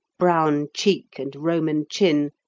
brown cheek and roman chin,